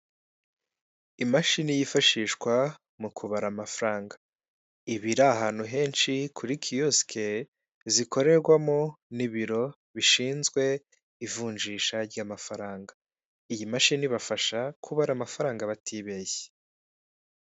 Imashini yifashishwa mu kubara amafaranga, iba iri ahantu henshi kuri kiyosike zikorerwamo n'ibiro bishinzwe ivunjisha ry'amafaranga. Iyi mashini ibafasha kubara amafaranga batibeshye.